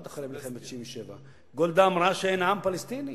אחרי 1967. גולדה אמרה שאין עם פלסטיני.